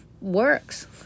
works